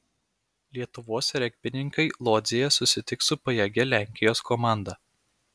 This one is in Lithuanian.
lietuvos regbininkai lodzėje susitiks su pajėgia lenkijos komanda